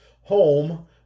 home